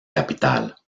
capital